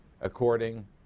according